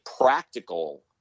practical